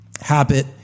habit